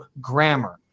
grammar